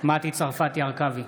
מטי צרפתי הרכבי,